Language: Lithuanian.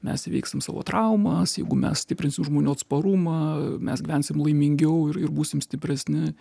mes įveiksim savo traumas jeigu mes stiprinsim žmonių atsparumą mes gyvensim laimingiau ir būsim stipresni